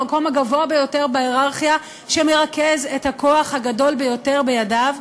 המקום הגבוה ביותר בהייררכיה שמרכז את הכוח הגדול ביותר בידיו.